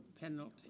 penalty